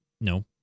No